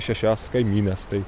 šešias kaimynes tai